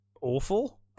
awful